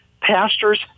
Pastors